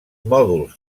mòduls